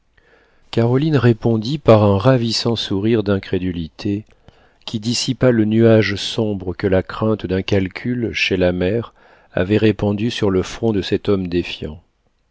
caroline répondit par un ravissant sourire d'incrédulité qui dissipa le nuage sombre que la crainte d'un calcul chez la mère avait répandue sur le front de cet homme défiant